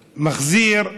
מחזיר,